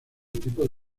tipo